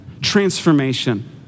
Transformation